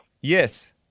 Yes